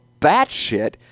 batshit